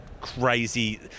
crazy